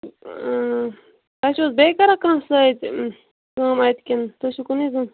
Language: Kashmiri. اۭں تۄہہِ چھُو حَظ بیٚیہِ کران سۭتۍ کٲم کہِ نہٕ تُہۍ چھُو کُنٔے زُن